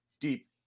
deep